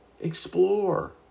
Explore